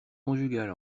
conjugale